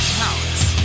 counts